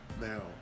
now